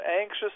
anxious